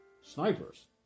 Snipers